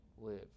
live